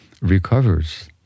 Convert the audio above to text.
recovers